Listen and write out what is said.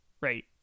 right